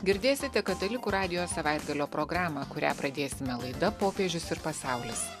girdėsite katalikų radijo savaitgalio programą kurią pradėsime laida popiežius ir pasaulis